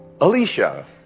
Alicia